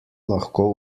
lahko